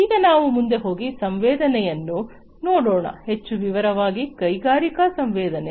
ಈಗ ನಾವು ಮುಂದೆ ಹೋಗಿ ಸಂವೇದನೆಯನ್ನು ನೋಡೋಣ ಹೆಚ್ಚು ವಿವರವಾಗಿ ಕೈಗಾರಿಕಾ ಸಂವೇದನೆ